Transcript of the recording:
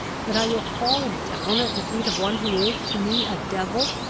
that i will fall down at the feet of one who is to me a devil,